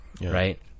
Right